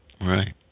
Right